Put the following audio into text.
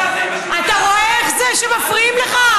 אתה רואה איך זה שמפריעים לך?